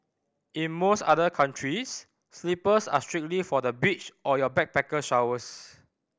in most other countries slippers are strictly for the beach or your backpacker showers